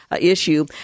Issue